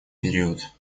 период